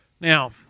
now